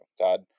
God